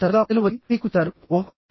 ఎంత తరచుగా ప్రజలు వచ్చి మీకు చెప్తారు ఓహ్